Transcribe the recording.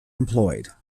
employed